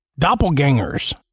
doppelgangers